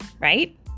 right